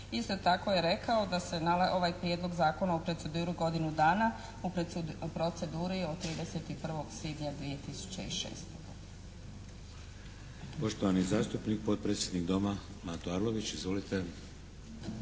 Isto tako je rekao da se ovaj Prijedlog zakona u proceduru godinu dana, u proceduri od 31. svibnja 2006. godine. **Šeks, Vladimir (HDZ)** Poštovani zastupnik, potpredsjednik Doma Mato Arlović. Izvolite.